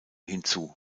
hinzu